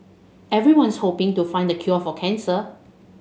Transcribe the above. everyone's hoping to find the cure for cancer